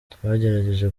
twagerageje